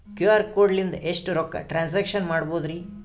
QR code ಲಿಂದ ಎಷ್ಟ ರೊಕ್ಕ ಟ್ರಾನ್ಸ್ಯಾಕ್ಷನ ಮಾಡ್ಬೋದ್ರಿ?